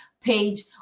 page